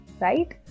right